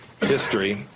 history